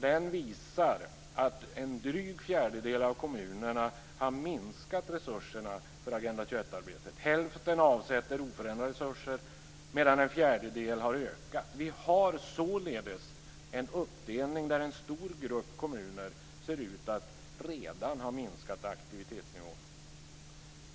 Den visar att drygt en fjärdedel av kommunerna har minskat resurserna för Agenda 21-arbetet. Hälften avsätter oförändrade resurser, medan en fjärdedel har ökat. Vi har således en uppdelning där en stor grupp kommuner ser ut att redan ha sänkt aktivitetsnivån.